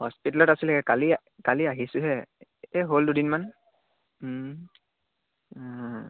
হস্পিটেলত আছিলেগৈ কালি কালি আহিছোঁহে তাকে হ'ল দুদিনমান